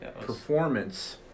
performance